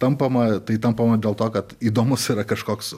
tampama tai tampama dėl to kad įdomus yra kažkoks